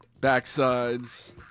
Backsides